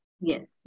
Yes